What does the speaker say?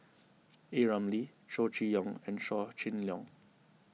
A Ramli Chow Chee Yong and Yaw Shin Leong